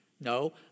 No